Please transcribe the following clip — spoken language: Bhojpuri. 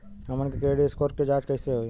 हमन के क्रेडिट स्कोर के जांच कैसे होइ?